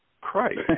Christ